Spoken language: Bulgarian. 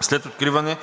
след откриване